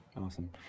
Awesome